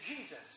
Jesus